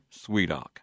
Sweetock